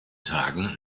tagen